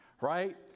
right